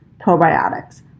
probiotics